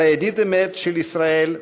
אתה ידיד אמת של ישראל,